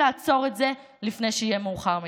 לעצור את זה לפני שיהיה מאוחר מדי.